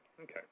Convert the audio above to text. okay